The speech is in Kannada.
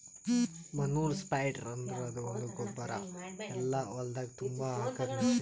ಮನೂರ್ ಸ್ಪ್ರೆಡ್ರ್ ಅಂದುರ್ ಅದು ಒಂದು ಗೊಬ್ಬರ ಎಲ್ಲಾ ಹೊಲ್ದಾಗ್ ತುಂಬಾ ಹಾಕದ್ ಮಷೀನ್